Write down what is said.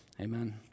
Amen